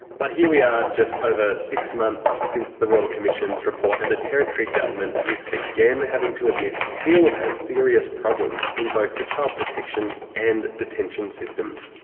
but here we are just over six months since the royal commission's report, and the territory government is again having to admit it still has serious problems in both the child protection and detention systems.